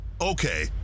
Okay